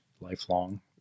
lifelong